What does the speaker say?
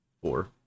four